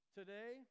today